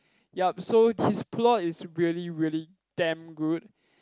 yup so his plot is really really damn good